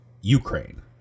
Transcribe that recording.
Ukraine